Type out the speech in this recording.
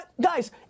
guys